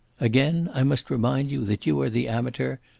again i must remind you that you are the amateur,